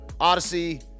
Odyssey